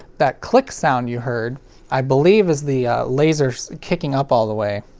that click sound you heard i believe is the laser kicking up all the way.